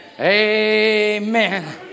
Amen